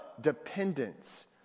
dependence